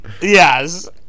Yes